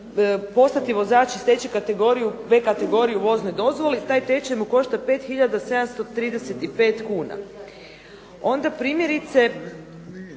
postati vozač i steći kategoriju, B kategoriju vozne dozvole, taj tečaj mu košta 5 hiljada 735 kuna. Onda primjerice,